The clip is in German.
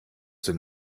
den